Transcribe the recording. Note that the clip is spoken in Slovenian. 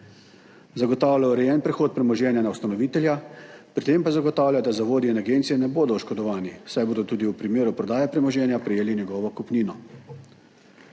Zagotavlja urejen prehod premoženja na ustanovitelja, pri tem pa zagotavlja, da zavodi in agencije ne bodo oškodovani, saj bodo tudi v primeru prodaje premoženja prejeli njegovo kupnino.